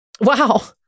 wow